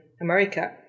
America